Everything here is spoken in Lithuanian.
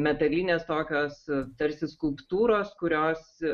metalinės tokios tarsi skulptūros kurios